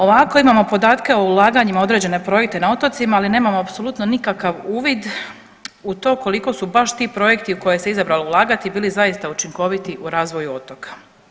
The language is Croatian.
Ovako imamo podatke o ulaganjima u određene projekte na otocima, ali nemamo apsolutno nikakav uvid u to koliko su baš ti projekti u koje se izabralo ulagati bili zaista učinkoviti u razvoju otoka.